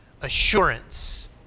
assurance